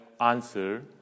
answer